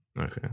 okay